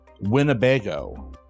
Winnebago